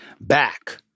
Back